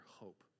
hope